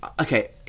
Okay